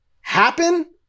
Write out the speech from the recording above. happen